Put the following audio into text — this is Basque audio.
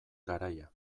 garaia